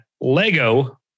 Lego